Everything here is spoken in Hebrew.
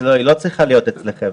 היא לא צריכה להיות אצלכם.